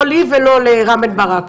לא לי ולא ליו"ר ועדת החו"ב רם בן ברק.